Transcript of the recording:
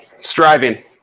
Striving